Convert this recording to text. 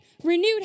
renewed